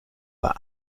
war